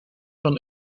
van